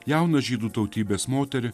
jauną žydų tautybės moterį